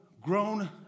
grown